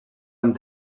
amb